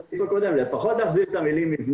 לפחות להחזיר את המלים...